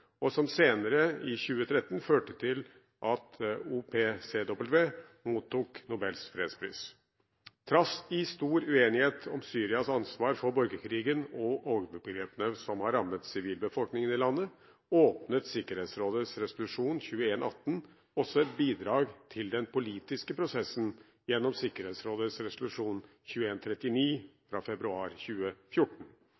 og som senere, i 2013, førte til at OPCW mottok Nobels fredspris. Trass i stor uenighet om Syrias ansvar for borgerkrigen og overgrepene som har rammet sivilbefolkningen i landet, åpnet Sikkerhetsrådets resolusjon 2118 også for et bidrag til den politiske prosessen gjennom Sikkerhetsrådets resolusjon